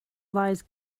lies